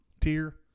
tier –